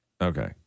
Okay